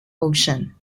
ocean